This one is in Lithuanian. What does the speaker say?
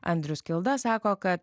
andrius kilda sako kad